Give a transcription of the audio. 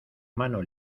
mano